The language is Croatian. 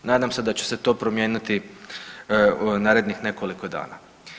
Nadam se da će se to promijeniti u narednih nekoliko dana.